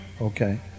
okay